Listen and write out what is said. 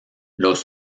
los